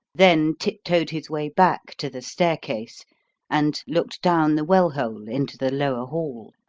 then tiptoed his way back to the staircase and looked down the well-hole into the lower hall.